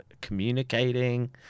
communicating